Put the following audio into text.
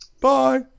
Bye